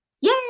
yay